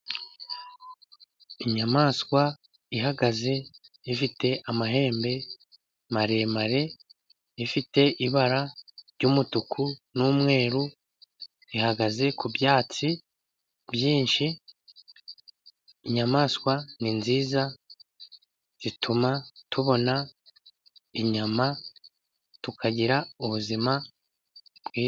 Inyamaswa ihagaze ifite amahembe maremare, ifite ibara ry'umutuku n'umweru, ihagaze ku byatsi byinshi. Inyamaswa ni nziza, zituma tubona inyama tukagira ubuzima bwiza.